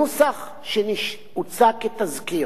הנוסח שהוצע כתזכיר,